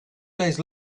days